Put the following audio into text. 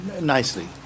nicely